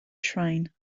shrine